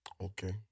Okay